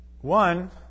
one